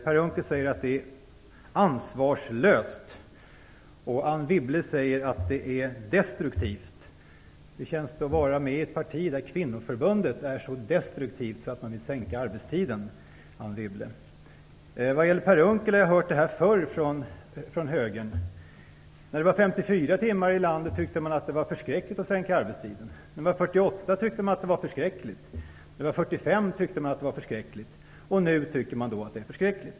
Per Unckel säger att en sådan är ansvarslös, och Anne Wibble säger att den är destruktiv. Hur känns det att vara med i ett parti där kvinnoförbundet är så destruktivt att man vill förkorta arbetstiden, Anne Wibble? Det Per Unckel sade har jag hört förr från högern. När arbetstiden i landet var 54 timmar tyckte man att det var förskräckligt att förkorta arbetstiden. När arbetstiden var 48 timmar och sedan 45 timmar tyckte man att detta var förskräckligt. Nu tycker man också att en arbetstidsförkortning är förskräcklig.